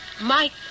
Mike